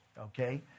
okay